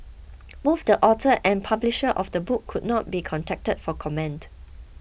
both the author and publisher of the book could not be contacted for comment